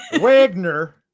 Wagner